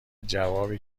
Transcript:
جوابی